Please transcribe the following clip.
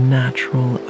natural